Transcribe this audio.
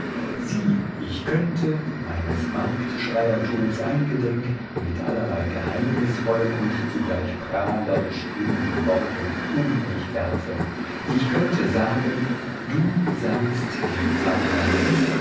sieh ich könnte meines marktschreiertums eingedenk mit allerlei geheimnisvollen und zugleich prahlerisch klingenden worten um mich werfen ich könnte sagen du seist die phantasie